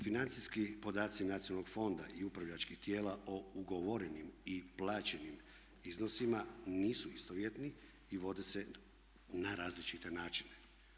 Financijski podaci nacionalnog fonda i upravljačkih tijela o ugovorenim i plaćenim iznosima nisu istovjetni i vode se na različite načine.